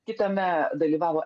kitame dalyvavo